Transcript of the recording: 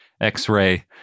X-ray